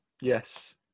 Yes